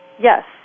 Yes